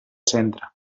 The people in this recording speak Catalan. centre